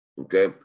Okay